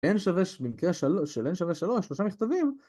N שווה של N שווה שלוש שלושה מכתבים